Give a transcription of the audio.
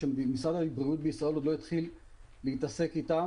שמשרד הבריאות בישראל עוד לא התחיל להתעסק איתם.